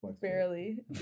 Barely